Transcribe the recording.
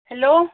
hello